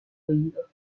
oído